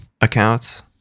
accounts